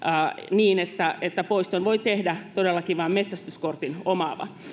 niin että että poiston voi tehdä todellakin vain metsästyskortin omaava